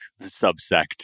subsect